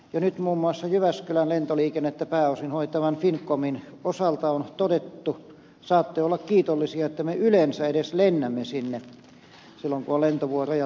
jo nyt muun muassa jyväskylän lentoliikennettä pääosin hoitavan finncommin osalta on todettu että saatte olla kiitollisia että me yleensä edes lennämme sinne silloin kun on lentovuoroja tahdottu lisää